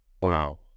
Wow